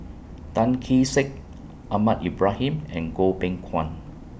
Tan Kee Sek Ahmad Ibrahim and Goh Beng Kwan